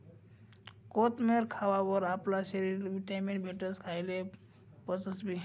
कोथमेर खावावर आपला शरीरले व्हिटॅमीन भेटस, खायेल पचसबी